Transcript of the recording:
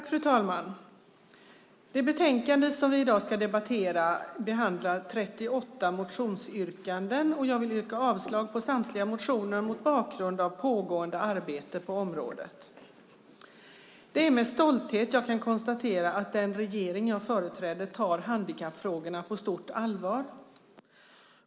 Fru talman! Det betänkande som vi i dag ska debattera behandlar 38 motionsyrkanden, och jag vill yrka avslag på samtliga motioner mot bakgrund av pågående arbete på området. Det är med stolthet jag kan konstatera att den regering jag företräder tar handikappfrågorna på stort allvar.